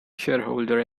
shareholder